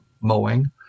mowing